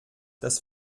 das